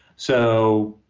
so,